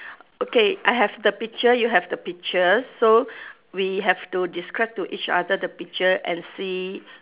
okay I have the picture you have the picture so we have to describe to each other the picture and see